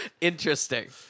Interesting